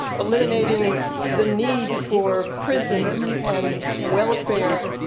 eliminating the need for prisons and welfare.